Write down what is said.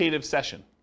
session